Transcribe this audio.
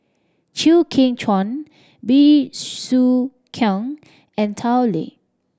Chew Kheng Chuan Bey Soo Khiang and Tao Li